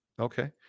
Okay